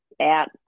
out